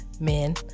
men